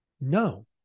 No